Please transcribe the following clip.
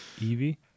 Evie